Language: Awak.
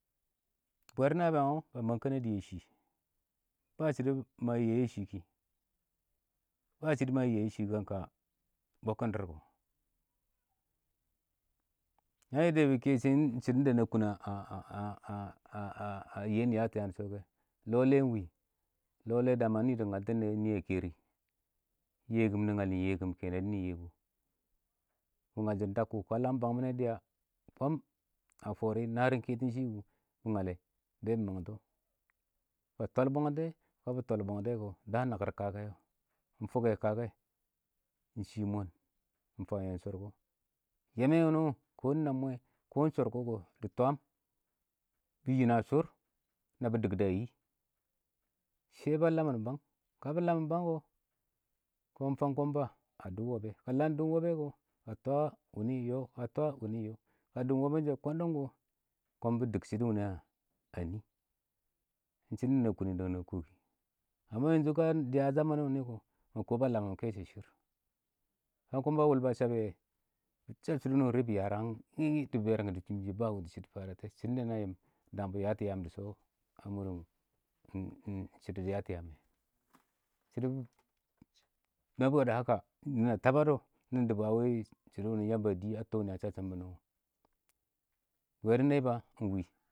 ﻿bwɛɛr nabɪyang wɔ ba mang kɛnɛdɪ yɛ shɪ,ba shɪdɔ ma yɪ yɛ shɪ kɪ, ba shɪdɔ ma yɪ shɪ kɪ kan ka a wɪ bɔbkɪn dɪrr kɔ, na bɪ kɛ wɪ shɪ, ɪng shɪdɔn da na na kʊn a yɪm nɪyɛ a tɪ yam fɛ bɛ, lɔ lɛ ɪng, lɔ da ma nɪ dɪ ngaltɔ kɛ ɪng nɪ a kɛyɪr rɪ, nɪ ngal nɪ, ɪng yɛkʊm kɛnɛ dɪ nɪɪn Yebu. Bɪ ngal shɪ ɪng dakʊ, ka lam bang mɪnɛ dɪ ya, kɔ a fʊrɪ, narɪm kɛtɔn shɪ kʊ,bɪ ngallɛ bɛ bɪ mangtɔ. Ba twal bangtɛ, ka bɪ twal bangtɛ kɔ, daan nakɪr kakɛ wɔ, mɪ fʊkkɛ kake, ɪng shɪ mɔn, ɪng fab yɛm shɔrkɔ, yɛ mɛ wʊnɔ, kɔ ɪng nab mwɛ, kɔ ɪng shɔrkɔ kɔ dɪ twaam, bɪ ʏɪn a shʊr, nabɪ dɪk dɔ a nii, shɛ ba lamɪn bang, ka bɪ lamɪn bang kɔ, Kɔn fang konba, a dʊb wɔbbɛ, ka lam dʊb wɔbbɛ kɔ, ba twa wʊnɪ yɔ, ba twa wɪnɪ yɔ, ka dʊm wɔbbɛn shɛ kwaan dʊm kɔ, kɔn bɪ dɪk shɪdɔ wʊnɪ a nii. Ing shɪdɔn da na kʊntɪ dang na kɔkɪ ka dɪ a shamanɪ wʊ nɔ kɔ, ma kɔ ba lamam kɛshɛ shɪrr, fang kɔmba a wʊl bɔ a chab bɛ, chabɛ shɪdɔ wʊ nɔ bɪ yarɛ wɛ, bɪ bɛrangɛ ngɪ ngɪ, bɪ chʊbɪ,ba wunəng shɪrr dɪ shɪdɔn da yɪm dang bɪ yatɔ yaam dɪ shɔ, a mʊr ɪng shɪdɔ dɪ yatɔ yaam mɛ. shɪdɔ wɪ unintelligible > na na tabadɔ nɪ dɪbɔ a wɪ shɪdɔ Yamba dii a tɔ nɪ a dʊr shashɪm bɪnɪ wɔ. Bwɛɛr nɛba ɪng wɪ.